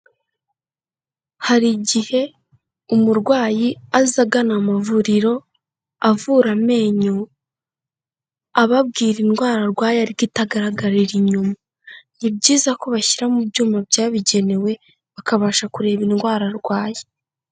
Hari igihe umurwayi aza agana amavuriro avura amenyo, ababwira indwara arwaye ariko itagaragarira inyuma, ni byiza ko bashyira mu byuma byabigenewe bakabasha kureba indwara arwaye.